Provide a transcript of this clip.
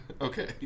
okay